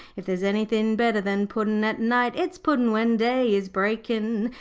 if there's anythin' better than puddin' at night, it's puddin' when day is breakin'.